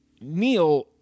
Neil